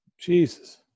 Jesus